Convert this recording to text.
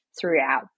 throughout